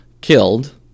killed